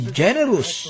generous